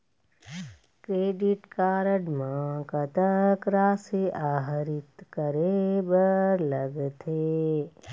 Credit card म कतक राशि आहरित करे बर लगथे?